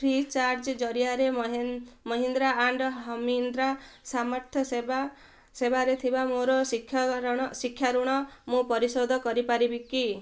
free charge ଜରିଆରେ Mahindra and Mahindra ଆର୍ଥିକ ସେବା ସେବାରେ ଥିବା ମୋ ଶିକ୍ଷାଋଣ ମୁଁ ପରିଶୋଧ କରିପାରିବି କି